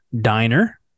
diner